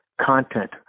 content